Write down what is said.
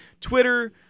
Twitter